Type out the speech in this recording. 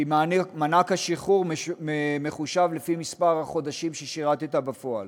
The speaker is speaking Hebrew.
כי מענק השחרור מחושב לפי מספר החודשים ששירתָ בפועל.